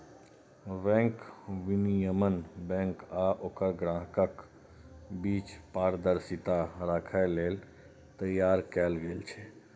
bank विनियमन bank आ ओकर ग्राहकक बीच पारदर्शिता राखै लेल तैयार कैल गेल छै